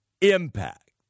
impact